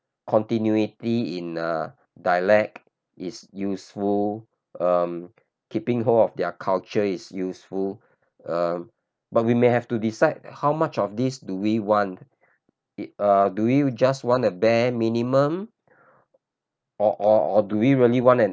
continuity in uh dialect is useful um keeping hold of their culture is useful uh but we may have to decide how much of this do we want it uh do we just wanna bare minimum or or or do we really want an